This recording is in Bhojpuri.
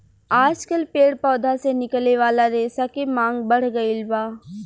आजकल पेड़ पौधा से निकले वाला रेशा के मांग बढ़ गईल बा